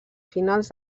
finals